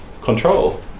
control